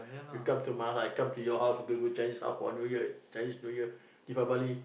you come to my house I come to your house we go to Chinese house for New Year Chinese New Year Deepavali